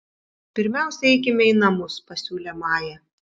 pirmiausia eikime į namus pasiūlė maja